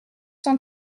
cent